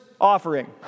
offering